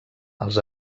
els